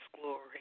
glory